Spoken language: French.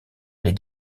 les